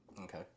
Okay